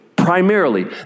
Primarily